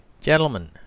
Gentlemen